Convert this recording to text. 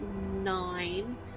nine